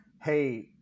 hey